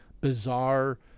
bizarre